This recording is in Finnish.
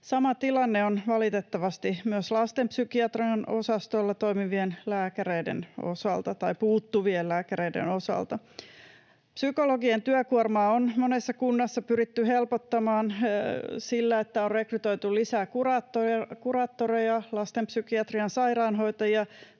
Sama tilanne on valitettavasti myös lastenpsykiatrian osastolla, josta puuttuu lääkäreitä. Psykologien työkuormaa on monessa kunnassa pyritty helpottamaan sillä, että on rekrytoitu lisää kuraattoreja, lastenpsykiatrian sairaanhoitajia